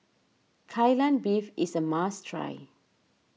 Kai Lan Beef is a must try